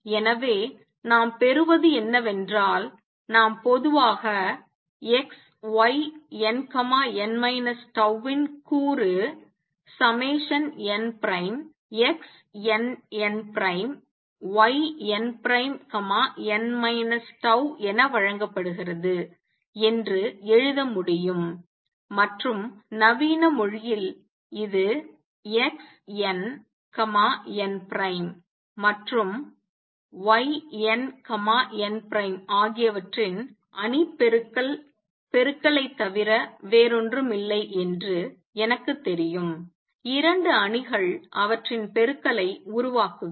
எனவே நாம் பெறுவது என்னவென்றால் நான் பொதுவாக X Y nn τ ன் கூறு nXnnYnn τ என வழங்கப்படுகிறது என்று எழுத முடியும் மற்றும் நவீன மொழியில் இது Xn n' மற்றும் Yn n' ஆகியவற்றின் அணி பெருக்கல் பெருக்கலைத் தவிர வேறொன்றுமில்லை என்று எனக்குத் தெரியும் இரண்டு அணிகள் அவற்றின் பெருக்கலை உருவாக்குவேன்